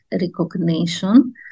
recognition